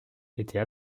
était